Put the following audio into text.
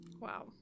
Wow